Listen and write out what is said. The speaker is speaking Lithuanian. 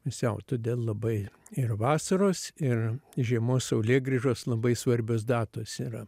pusiau todėl labai ir vasaros ir žiemos saulėgrįžos labai svarbios datos yra